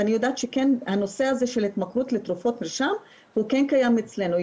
יודעת שהנושא הזה של התמכרות לתרופות מרשם כן קיים אצלנו,